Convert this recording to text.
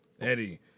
Eddie